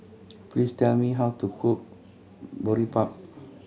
please tell me how to cook Boribap